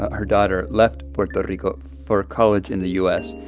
her daughter left puerto rico for college in the u s.